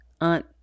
aunt